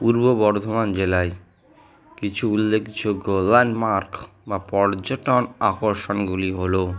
পূর্ব বর্ধমান জেলায় কিছু উল্লেখযোগ্য ল্যান্ডমার্ক বা পর্যটন আকর্ষণগুলি হলো